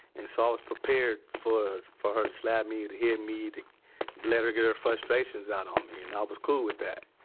and so i was prepared for for her to slap me, to hit me, to let her get her frustrations out on me, and i was cool with that